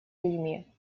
людьми